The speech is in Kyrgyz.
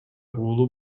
уулу